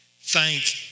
thank